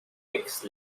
aix